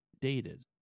dated